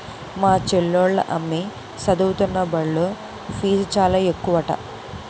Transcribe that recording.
మా చెల్లోల అమ్మి సదువుతున్న బల్లో ఫీజు చాలా ఎక్కువట